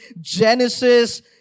Genesis